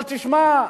אבל תשמע,